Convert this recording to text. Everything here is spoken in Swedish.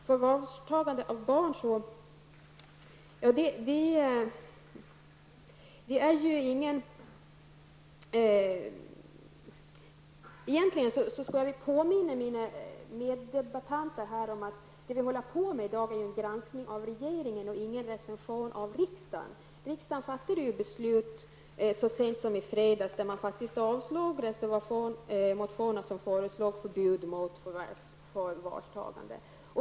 När det gäller förvarstagandet av barn vill jag påminna mina meddebattörer om att vi i dag gör en granskning av regeringen och ingen recension av riksdagen. Riksdagen fattade så sent som i fredags ett beslut som innebar avslag på motioner där man föreslog förbud mot förvarstagande.